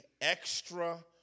extra